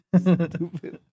Stupid